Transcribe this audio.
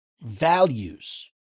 values